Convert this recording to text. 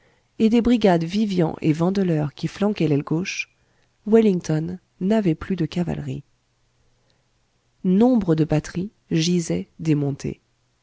et des brigades vivian et vandeleur qui flanquaient l'aile gauche wellington n'avait plus de cavalerie nombre de batteries gisaient démontées